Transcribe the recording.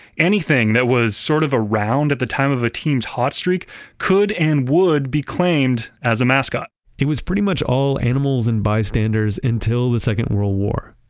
anything that was sort of around at the time of the ah team's hot streak could and would be claimed as a mascot it was pretty much all animals and bystanders until the second world war.